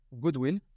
goodwill